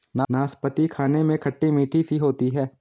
नाशपती खाने में खट्टी मिट्ठी सी होती है